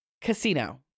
casino